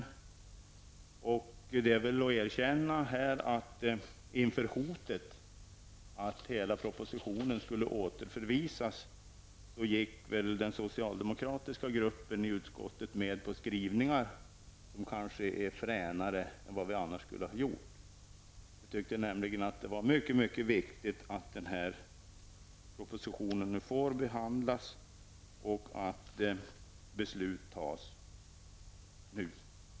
Det kan erkännas att den socialdemokratiska gruppen i utskottet inför hotet av att hela propositionen skulle återförvisas gick med på fränare skrivningar än den annars skulle ha gjort. Vi tyckte nämligen att det var mycket viktigt att denna proposition nu får behandlas och att beslut nu fattas.